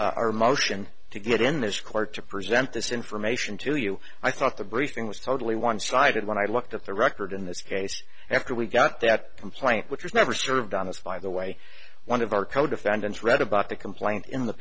our motion to get in this court to present this information to you i thought the briefing was totally one sided when i looked at the record in this case and after we got that complaint which was never served on this by the way one of our co defendants read about the complaint in the